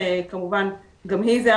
בוקר טוב.